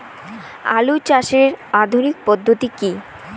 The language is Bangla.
আলু চাষের আধুনিক পদ্ধতি কি?